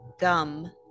gum